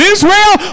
Israel